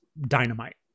dynamite